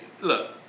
look